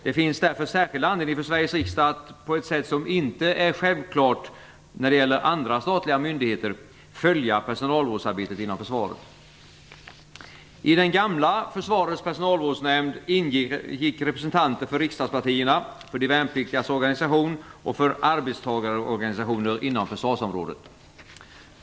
Det finns därför särskild anledning för Sveriges riksdag att - på ett sätt som inte är självklart när det gäller andra statliga myndigheter - följa personalvårdsarbetet inom Försvaret. I den gamla Försvarets personalvårdsnämnd ingick representanter för riksdagspartierna, för de värnpliktigas organisation och för arbetstagarorganisationer inom försvarsområdet.